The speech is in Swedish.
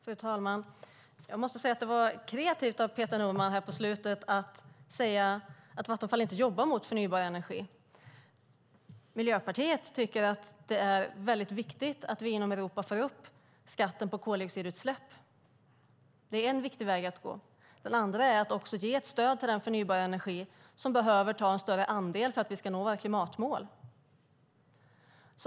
Fru talman! Jag måste säga att det var kreativt av Peter Norman att här på slutet säga att Vattenfall inte jobbar mot förnybar energi. Miljöpartiet tycker att det är viktigt att vi inom Europa för upp skatten på koldioxidutsläpp. Det är en viktig väg att gå. Den andra är att ge ett stöd till den förnybara energin, som behöver ta en större andel för att vi ska nå våra klimatmål.